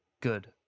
good